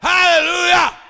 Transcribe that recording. Hallelujah